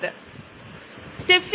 എന്താണ് ക്യാൻസർ